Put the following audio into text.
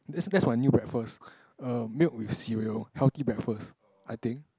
that's that's my new breakfast err milk with cereal healthy breakfast I think